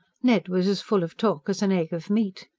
ned was as full of talk as an egg of meat.